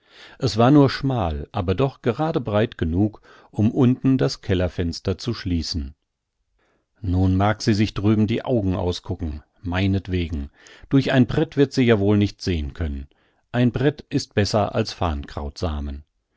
es war nur schmal aber doch gerade breit genug um unten das kellerfenster zu schließen nun mag sie sich drüben die augen auskucken meinetwegen durch ein brett wird sie ja wohl nicht sehn können ein brett ist besser als